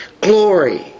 glory